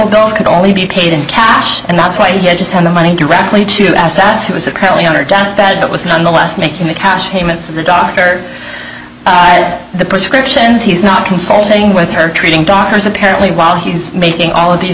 bills could only be paid in cash and that's why he had just won the money directly to sas who was apparently on her deathbed but was nonetheless making the cash payments to the doctor the prescriptions he's not consulting with her treating doctors apparently while he's making all of these